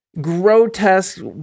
grotesque